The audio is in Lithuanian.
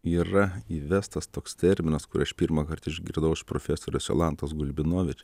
yra įvestas toks terminas kurį aš pirmąkart išgirdau iš profesorės jolantos gulbinovič